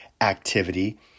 activity